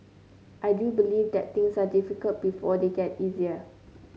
I do believe that things are difficult before they get easier